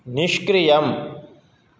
निष्क्रियम्